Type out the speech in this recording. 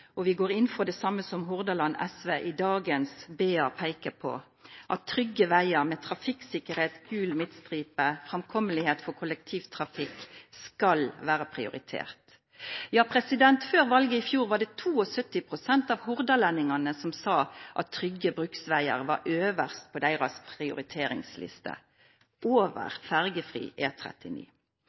dagens BA peker på, at trygge veier, større trafikksikkerhet, gul midtstripe og framkommelighet for kollektivtrafikk skal være prioritert. Før valget i fjor sa 72 pst. av hordalendingene at trygge bruksveier var øverst på deres prioriteringsliste – over fergefri